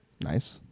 Nice